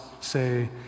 say